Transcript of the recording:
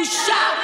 בושה.